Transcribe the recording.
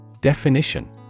Definition